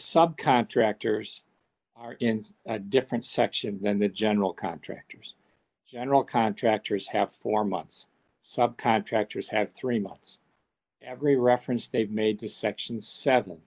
sub contractors are in different sections than the general contractors general contractors have for months sub contractors have three months every reference they've made to section seven